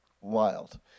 wild